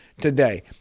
today